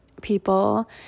people